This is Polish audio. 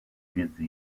wiedzy